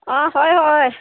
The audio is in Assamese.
অঁ হয় হয়